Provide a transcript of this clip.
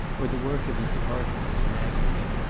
or the work of his department was nagging him,